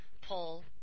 pull